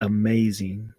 amazing